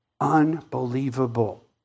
unbelievable